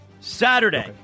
Saturday